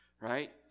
right